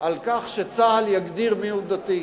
על כך שצה"ל יגדיר מיהו דתי.